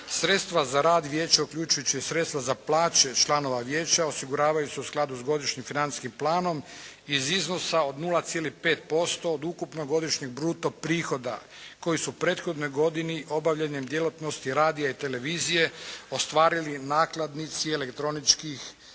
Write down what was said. Sredstva za rad vijeća uključujući i sredstva za plaće članova vijeća osiguravaju se u skladu s godišnjim financijskim planom iz iznosa od 0,5% od ukupnog bruto prihoda koji su u prethodnoj godini obavljanjem djelatnosti radija i televizije ostvarili nakladnici elektroničkih medija.